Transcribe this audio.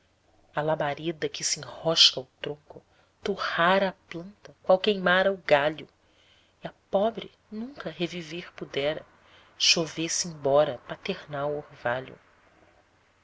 a labareda que se enrosca ao tronco torrara a planta qual queimara o galho e a pobre nunca reviver pudera chovesse embora paternal orvalho